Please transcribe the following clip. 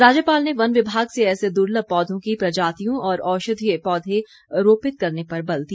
राज्यपाल ने वन विभाग से ऐसे दुलर्भ पोधों की प्रजातियों और औषधीय पौधें रोपित करने पर बल दिया